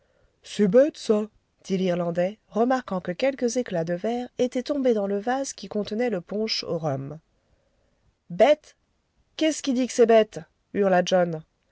c'est bête ça dit l'irlandais remarquant que quelques éclats de verre étaient tombés dans le vase qui contenait le punch au rhum bête qu'est-ce qui dit que c'est bête hurla john